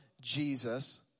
Jesus